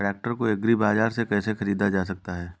Tractor को Agri Bazaar से कैसे ख़रीदा जा सकता हैं?